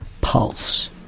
pulse